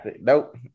Nope